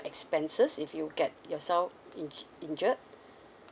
expenses if you get yourself in injured